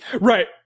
right